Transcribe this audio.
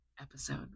episode